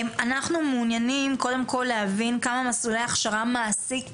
אנחנו מעוניינים קודם כל להבין כמה מסלולי הכשרה מעשית פתוחים,